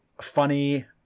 funny